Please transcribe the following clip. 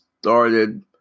started